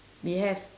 we have